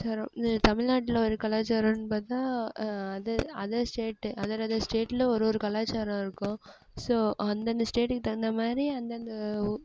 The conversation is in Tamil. தமிழ்நாட்டில் ஒரு கலாச்சாரம்னு பார்த்தா அது அதர் ஸ்டேட்டு அதர் அதர் ஸ்டேட்டில் ஒரு ஒரு கலாச்சாரம் இருக்கும் ஸோ அந்தந்த ஸ்டேட்க்கு தகுந்தா மாதிரி அந்தந்த